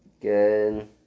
good